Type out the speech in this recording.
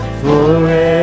forever